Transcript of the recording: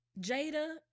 Jada